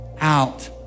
out